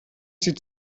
sie